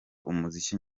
umuziki